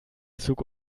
zug